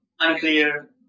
unclear